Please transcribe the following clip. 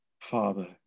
Father